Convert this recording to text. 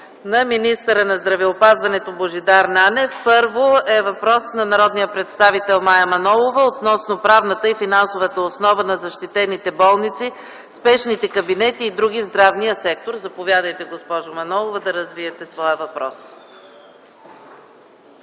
към министъра на здравеопазването Божидар Нанев. Първо – въпрос на народния представител Мая Манолова относно правната и финансовата основа на защитените болници, спешните кабинети и други в здравния сектор. Заповядайте, госпожо Манолова, да развиете своя въпрос.